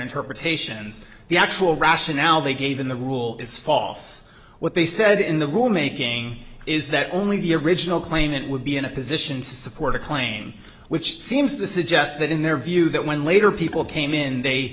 interpretations the actual rationale they gave in the rule is false what they said in the room a king is that only the original claim it would be in a position to support a claim which seems to suggest that in their view that when later people came in they